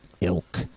Ilk